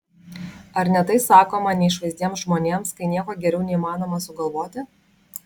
ar ne tai sakoma neišvaizdiems žmonėms kai nieko geriau neįmanoma sugalvoti